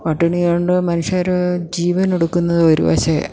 പട്ടിണി കൊണ്ട് മനുഷ്യർ ജീവനെടുക്കുന്നത് ഒരു വശം